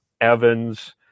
Evans